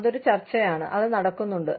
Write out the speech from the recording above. അതൊരു ചർച്ചയാണ് അത് നടക്കുന്നുണ്ട്